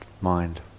mind